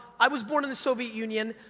i was born in the soviet union,